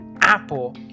Apple